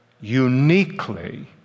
uniquely